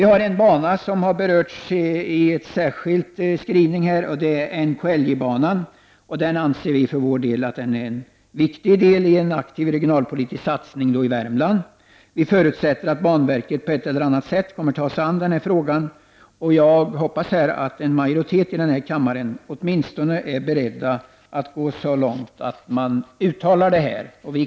Det finns en bana som har berörts i en särskild skrivning i betänkandet, och det är NKIJ-banan. Vi anser att den är en viktig del i en regionalpolitisk satsning i Värmland. Vi förutsätter att banverket på ett eller annat sätt kommer att ta sig an den här frågan. Jag hoppas att en majoritet i denna kammare åtminstone är beredd att gå så långt att man uttalar detta.